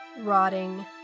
rotting